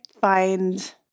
find